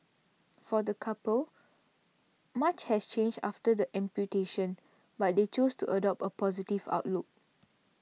for the couple much has changed after the amputation but they choose to adopt a positive outlook